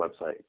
website